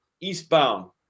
eastbound